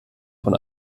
von